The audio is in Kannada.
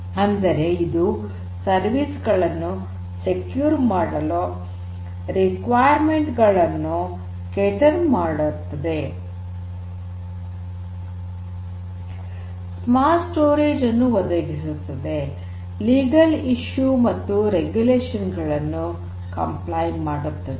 ಅಂದರೆ ಇದು ಸೇವೆಗಳನ್ನು ಸುರಕ್ಷಿತ ಮಾಡಲು ಅವಶ್ಯಕತೆಗಳನ್ನು ಪೂರೈಕೆ ಮಾಡುತ್ತದೆ ಸ್ಮಾರ್ಟ್ ಸಂಗ್ರಹಣೆಯನ್ನು ಒದಗಿಸುತ್ತದೆ ಲೀಗಲ್ ಇಶ್ಯೂ ಮತ್ತು ರೇಗುಲೇಷನ್ ಗಳನ್ನು ಅನುಸರಿಸುತ್ತದೆ